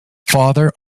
father